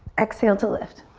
exhale to lift.